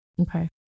Okay